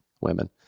women